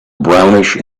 brownish